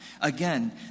Again